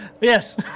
Yes